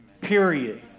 Period